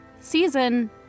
season